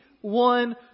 one